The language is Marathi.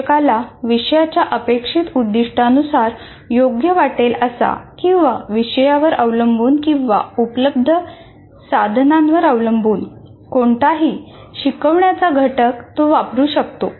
शिक्षकाला विषयाच्या अपेक्षित उद्दिष्टानुसार योग्य वाटेल असा किंवा विषयावर अवलंबून किंवा उपलब्ध साधनांवर अवलंबून कोणताही शिकवण्याचा घटक तो वापरू शकतो